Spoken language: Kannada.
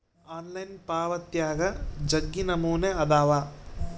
ಆನ್ಲೈನ್ ಪಾವಾತ್ಯಾಗ ಜಗ್ಗಿ ನಮೂನೆ ಅದಾವ